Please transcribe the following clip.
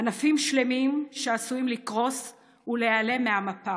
ענפים שלמים שעשויים לקרוס ולהיעלם מהמפה,